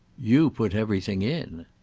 you put everything in!